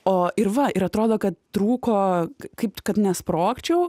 o ir va ir atrodo kad trūko kaip kad nesprogčiau